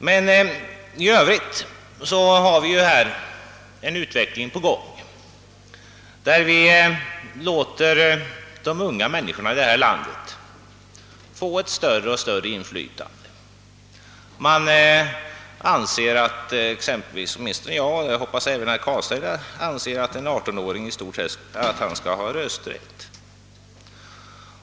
Men i övrigt har vi ju en utveckling som innebär att vi låter de unga människorna här i landet få större och större inflytande. Åtminstone jag anser — och jag hoppas att exempelvis herr Carlstein delar min uppfattning — att en 18-åring skall ha rösträtt.